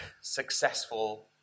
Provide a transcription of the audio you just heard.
successful